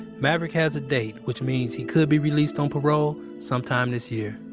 maverick has a date, which means he could be released on parole sometime this year